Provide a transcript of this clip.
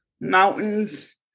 mountains